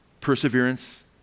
perseverance